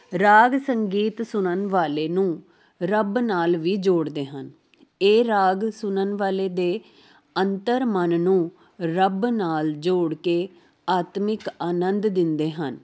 ਰਾਗ ਸੰਗੀਤ ਸੁਣਨ ਵਾਲੇ ਨੂੰ ਰੱਬ ਨਾਲ ਵੀ ਜੋੜਦੇ ਹਨ ਇਹ ਰਾਗ ਸੁਣਨ ਵਾਲੇ ਦੇ ਅੰਤਰ ਮਨ ਨੂੰ ਰੱਬ ਨਾਲ ਜੋੜ ਕੇ ਆਤਮਿਕ ਅਨੰਦ ਦਿੰਦੇ ਹਨ